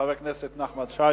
חבר הכנסת נחמן שי.